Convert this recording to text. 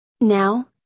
Now